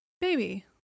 baby